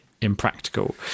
impractical